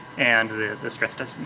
and the stress testing,